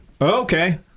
Okay